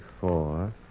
four